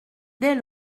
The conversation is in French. dès